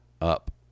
up